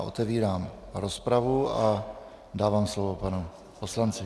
Otevírám rozpravu a dávám slovo panu poslanci.